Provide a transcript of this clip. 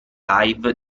live